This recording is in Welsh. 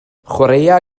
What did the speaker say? chwaraea